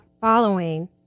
following